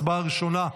הצבעה ראשונה,